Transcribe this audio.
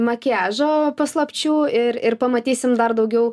makiažo paslapčių ir ir pamatysim dar daugiau